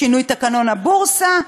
שינוי תקנון הבורסה,